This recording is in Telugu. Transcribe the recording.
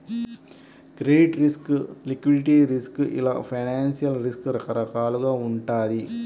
క్రెడిట్ రిస్క్, లిక్విడిటీ రిస్క్ ఇలా ఫైనాన్షియల్ రిస్క్ రకరకాలుగా వుంటది